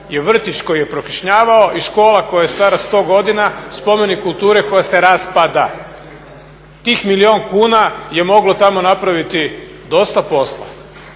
je vrtić koji je prokišnjavao i škola koja je stara 100 godina, spomenik kulture koja se raspada. Tih milijun kuna je moglo tamo napraviti dosta posla.